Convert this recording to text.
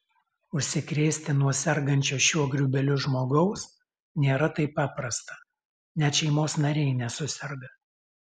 užsikrėsti nuo sergančio šiuo grybeliu žmogaus nėra taip paprasta net šeimos nariai nesuserga